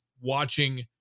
watching